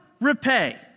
repay